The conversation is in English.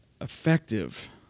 effective